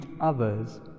others